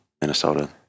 Minnesota